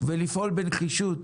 ולפעול בנחישות